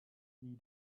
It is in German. die